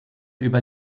über